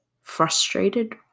frustrated